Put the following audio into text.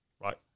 Right